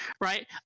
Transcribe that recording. right